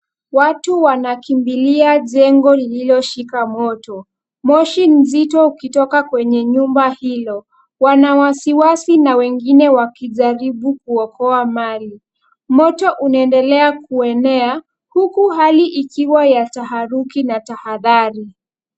Watu wanakimbilia jengo lililo shika moto, moshi nzito ukitoka kwenye nyumba hilo, wanawasiwasi na wengine wakijaribu kuokoa mali. Moto unaendelea kuenea, huku hali ikiwa ya taharuki na tahadhari.